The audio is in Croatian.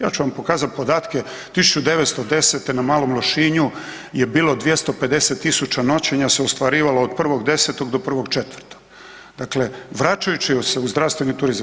Ja ću vam pokazati podatke 1910. na Malom Lošinju je bilo 250.000 noćenja se ostvarivalo od 1.10. do 1.4., dakle vraćajući se u zdravstveni turizam.